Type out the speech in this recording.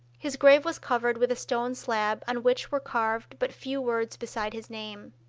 his grave was covered with a stone slab on which were carved but few words beside his name.